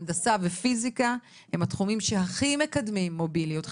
הנדסה ופיזיקה הם התחומים שהכי מקדמים מוביליות חברתית,